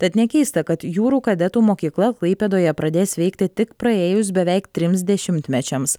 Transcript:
tad nekeista kad jūrų kadetų mokykla klaipėdoje pradės veikti tik praėjus beveik trims dešimtmečiams